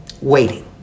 waiting